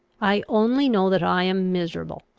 i only know that i am miserable.